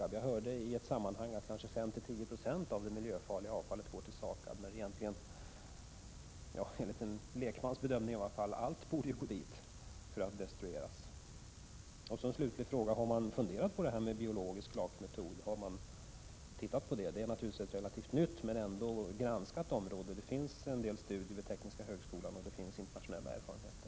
Jag hörde i något sammanhang att kanske 5—10 20 av det miljöfarliga avfallet går till SAKAB, när i varje fall enligt en lekmans bedömning egentligen allt borde gå dit för att destrueras. En slutfråga: Har man funderat över en biologisk lakningsmetod? Det är naturligtvis ett relativt nytt men ändå granskat område. Det finns en del studier vid tekniska högskolan, och det finns internationella erfarenheter.